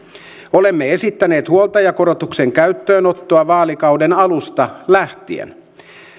olemme esittäneet huoltajakorotuksen käyttöönottoa vaalikauden alusta lähtien